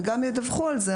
וגם ידווחו על זה.